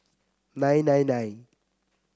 nine nine nine